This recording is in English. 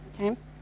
Okay